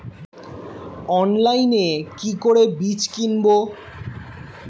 অনলাইনে কি করে বীজ কিনব?